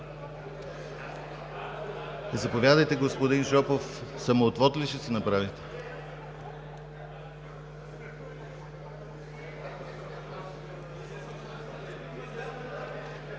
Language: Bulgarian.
Заповядайте, господин Шопов – самоотвод ли ще си направите?